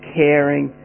caring